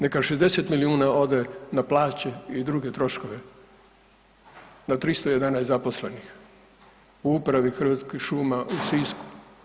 Neka 60 milijuna ode na plaće i druge troškove na 311 zaposlenih u upravi Hrvatskih šuma u Sisku.